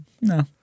no